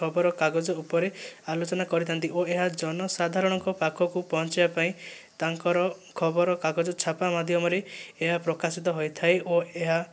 ଖବର କାଗଜ ଉପରେ ଆଲୋଚନା କରିଥାନ୍ତି ଓ ଏହା ଜନସାଧାରଣଙ୍କ ପାଖକୁ ପହଞ୍ଚିବା ପାଇଁ ତାଙ୍କର ଖବର କାଗଜ ଛାପା ମାଧ୍ୟମରେ ଏହା ପ୍ରକାଶିତ ହୋଇଥାଏ ଓ ଏହା